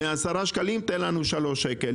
מעשרת השקלים תן לנו שלושה שקלים.